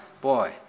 boy